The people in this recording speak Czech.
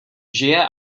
žije